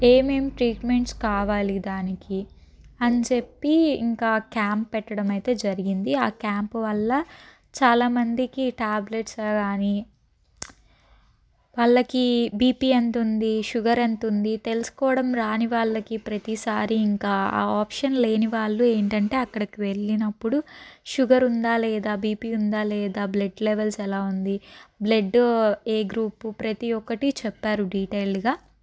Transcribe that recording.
ఏమేం ట్రీట్మెంట్స్ కావాలి దానికి అని చెప్పి ఇంకా క్యాంప్ పెట్టడం అయితే జరిగింది ఆ క్యాంపు వల్ల చాలామందికి ట్యాబ్లెట్స్ కాని వాళ్ళకి బిపి ఎంతుంది షుగర్ ఎంతుంది తెలుసుకోవడం రాని వాళ్ళకి ప్రతిసారి ఇంకా ఆప్షన్ లేని వాళ్ళు ఏంటంటే అక్కడికి వెళ్ళినప్పుడు షుగర్ ఉందా లేదా బిపి ఉందా లేదా బ్లడ్ లెవెల్స్ ఎలా ఉంది బ్లడ్ ఏ గ్రూపు ప్రతి ఒక్కటి చెప్తారు డీటెయిల్గా